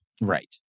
Right